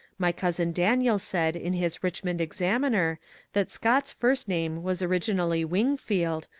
my cousin daniel said in his bichmond examiner that scott's first name was originally wingfield,